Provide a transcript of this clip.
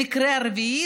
מקרה שלישי,